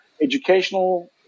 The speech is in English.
educational